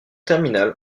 terminale